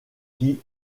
qui